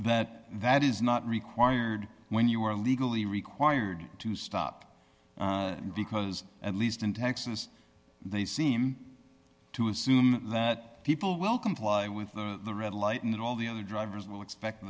that that is not required when you are legally required to stop because at least in texas they seem to assume that people will comply with the red light and all the other drivers will expect